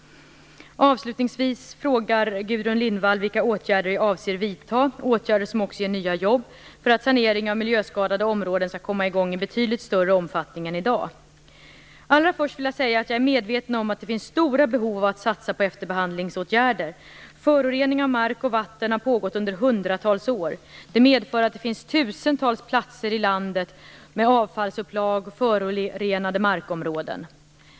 Avslutningsvis frågar Gudrun Lindvall vilka åtgärder jag avser vidta - åtgärder som också ger nya jobb - för att sanering av miljöskadade områden skall komma i gång i betydligt större omfattning än i dag. Allra först vill jag säga att jag är medveten om att det finns stora behov av att satsa på efterbehandlingsåtgärder. Förorening av mark och vatten har pågått i hundratals år. Det medför att det finns tusentals platser i landet med avfallsupplag och förorenade markområden.